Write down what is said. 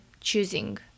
choosing